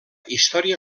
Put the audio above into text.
història